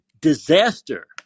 disaster